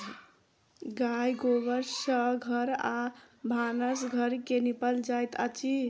गाय गोबर सँ घर आ भानस घर के निपल जाइत अछि